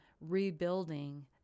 rebuilding